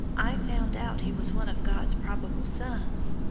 i found out he was one of god's probable sons.